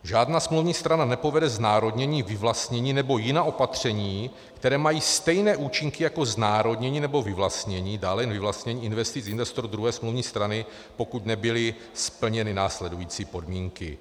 Žádná smluvní strana neprovede znárodnění, vyvlastnění nebo jiná opatření, která mají stejné účinky jako znárodnění nebo vyvlastnění /dále jen vyvlastnění/ investic investorů druhé smluvní strany, pokud nebyly splněny následující podmínky...